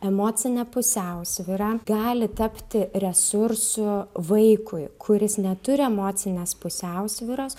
emocinė pusiausvyra gali tapti resursu vaikui kuris neturi emocinės pusiausvyros